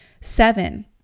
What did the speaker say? seven